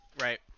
Right